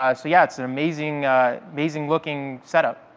um so yeah, it's an amazing amazing looking setup.